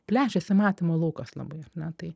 plečiasi matymo laukas labai ar ne tai